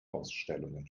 ausstellungen